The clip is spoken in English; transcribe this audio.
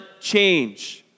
change